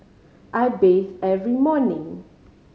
I bathe every morning